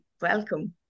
Welcome